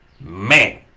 Man